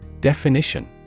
Definition